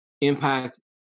impact